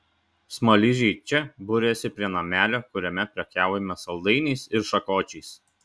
smaližiai čia buriasi prie namelio kuriame prekiaujama saldainiais ir šakočiais